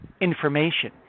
information